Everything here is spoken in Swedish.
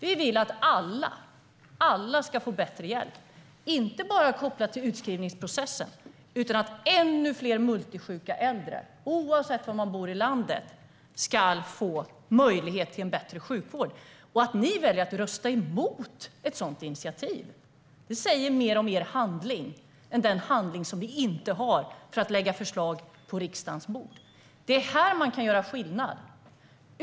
Vi vill att alla ska få bättre hjälp och inte bara kopplat till utskrivningsprocessen, utan ännu fler multisjuka äldre, oavsett var man bor i landet, ska få möjlighet till en bättre sjukvård. Att ni väljer att rösta emot ett sådant initiativ säger en del om er brist på handling att lägga förslag på riksdagens bord. Det är här man kan göra skillnad.